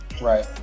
Right